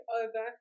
over